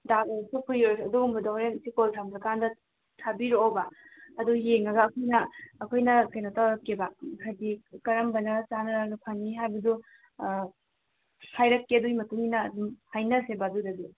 ꯗꯥꯛ ꯑꯣꯏꯔꯁꯨ ꯐꯨꯔꯤ ꯑꯣꯏꯔꯁꯨ ꯑꯗꯣꯝꯒꯤꯗꯣ ꯍꯣꯔꯦꯟ ꯁꯤ ꯀꯣꯜ ꯊꯝꯒ꯭ꯔꯥ ꯀꯥꯟꯗ ꯊꯥꯕꯤꯔꯛꯑꯣꯕ ꯑꯗꯨ ꯌꯦꯡꯉꯒ ꯑꯩꯈꯣꯏꯅ ꯑꯩꯈꯣꯏꯅ ꯀꯩꯅꯣ ꯇꯧꯔꯛꯀꯦꯕ ꯍꯥꯏꯗꯤ ꯀꯔꯝꯕꯅ ꯆꯥꯟꯅꯔꯒ ꯐꯅꯤ ꯍꯥꯏꯕꯗꯣ ꯍꯥꯏꯔꯛꯀꯦ ꯑꯗꯨꯏ ꯃꯇꯨꯡ ꯏꯟꯅ ꯑꯗꯨꯝ ꯍꯥꯏꯅꯁꯦꯕ ꯑꯗꯨꯗꯗꯤ